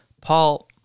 Paul